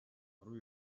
хорвоо